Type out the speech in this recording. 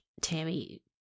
tammy